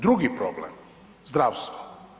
Drugi problem, zdravstvo.